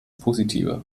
positive